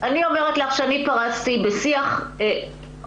אני אומרת לך שאני פרשתי בשיח הוגן,